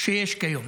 שיש היום.